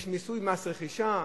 יש מיסוי, מס רכישה,